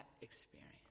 experience